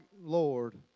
Lord